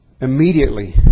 Immediately